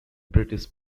british